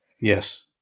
Yes